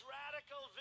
radical